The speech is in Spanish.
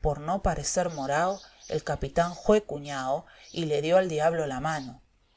por no parecer morao el capitán jué cuñao y le dio al diablo la mano